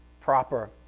proper